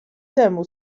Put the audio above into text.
temu